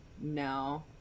no